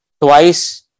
twice